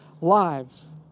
lives